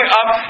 up